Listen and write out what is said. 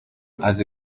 azi